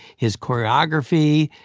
his choreography,